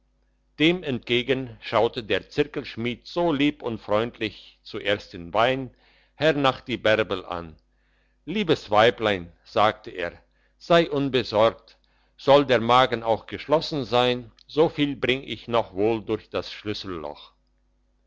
dem entgegen schaute der zirkelschmied so lieb und freundlich zuerst den wein hernach die bärbel an liebes weiblein sagte er sei unbesorgt soll der magen auch geschlossen sein so viel bring ich noch wohl durch das schlüsselloch